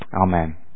Amen